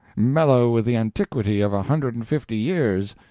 mellow with the antiquity of a hundred and fifty years,